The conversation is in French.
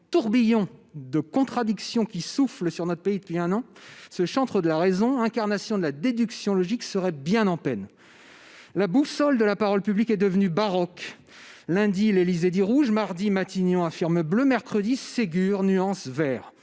tourbillon de contradictions qui souffle sur notre pays depuis un an, ce chantre de la raison, incarnation de la déduction logique, serait bien en peine de s'y retrouver. La boussole de la parole publique est devenue baroque. Lundi, l'Élysée dit « rouge »; mardi, Matignon affirme « bleu »; mercredi, Ségur nuance « vert